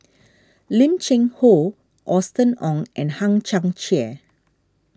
Lim Cheng Hoe Austen Ong and Hang Chang Chieh